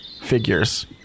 figures